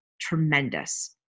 tremendous